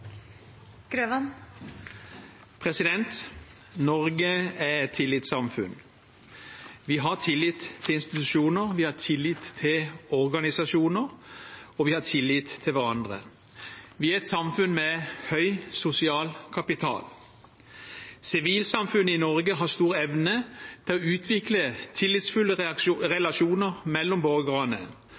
og foredla. Norge er et tillitssamfunn. Vi har tillit til institusjoner, vi har tillit til organisasjoner, og vi har tillit til hverandre. Vi er et samfunn med høy sosial kapital. Sivilsamfunnet i Norge har stor evne til å utvikle tillitsfulle relasjoner mellom borgerne